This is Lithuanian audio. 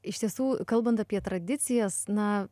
iš tiesų kalbant apie tradicijas na